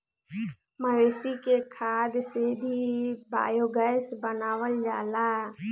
मवेशी के खाद से भी बायोगैस बनावल जाला